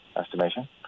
estimation